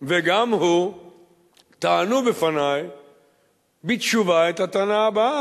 וגם הוא טענו בפני בתשובה את הטענה הבאה,